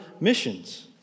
missions